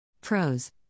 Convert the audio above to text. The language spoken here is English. Pros